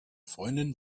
freundin